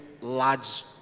large